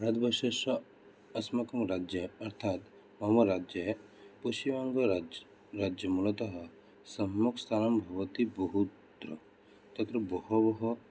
भारतवर्षस्य अस्माकं राज्ये अर्थात् मम राज्ये पश्चिमबङ्गराज्यं राज्यमूलतः सम्यक् स्थानं भवति बहुत्र तत्र बहवः